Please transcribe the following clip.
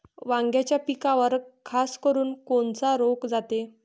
वांग्याच्या पिकावर खासकरुन कोनचा रोग जाते?